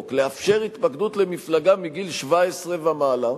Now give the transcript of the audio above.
לאפשר התפקדות למפלגה מגיל 17 ומעלה.